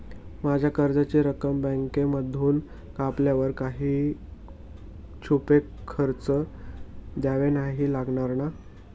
माझ्या कर्जाची रक्कम बँकेमधून कापल्यावर काही छुपे खर्च द्यावे नाही लागणार ना?